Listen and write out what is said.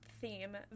theme